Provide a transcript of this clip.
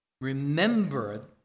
remember